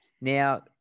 Now